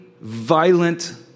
violent